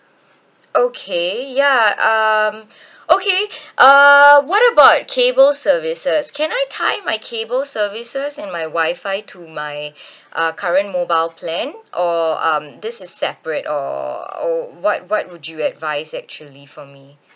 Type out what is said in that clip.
okay ya um okay uh what about cable services can I tie my cable services and my wifi to my uh current mobile plan or um this is separate or what what would you advise actually for me